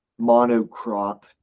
monocrop